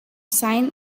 sign